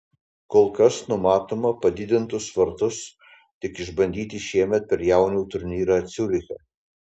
kol kas numatoma padidintus vartus tik išbandyti šiemet per jaunių turnyrą ciuriche